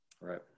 Right